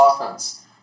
offense